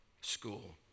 school